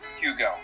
Hugo